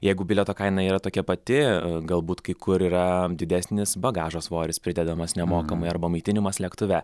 jeigu bilieto kaina yra tokia pati galbūt kai kur yra didesnis bagažo svoris pridedamas nemokamai arba maitinimas lėktuve